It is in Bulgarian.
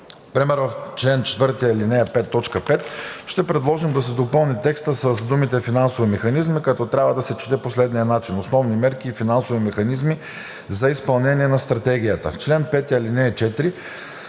Примерно в чл. 4, ал. 5, т. 5 ще предложим да се допълни текстът с думите „финансови механизми“, като трябва да се чете по следния начин: „Основни мерки и финансови механизми за изпълнение на стратегията“.